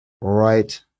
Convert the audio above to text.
right